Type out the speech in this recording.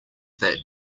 that